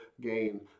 gain